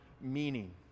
meaning